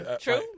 True